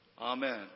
Amen